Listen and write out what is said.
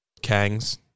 Kangs